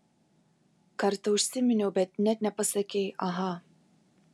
kartą užsiminiau bet net nepasakei aha